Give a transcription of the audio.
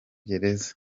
gereza